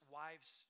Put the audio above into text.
wives